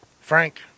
Frank